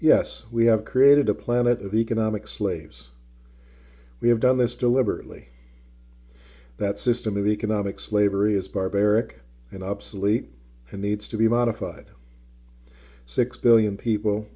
yes we have created a planet of economic slaves we have done this deliberately that system of economic slavery is barbaric and obsolete and needs to be modified six billion people